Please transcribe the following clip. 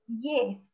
Yes